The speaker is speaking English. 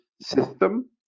system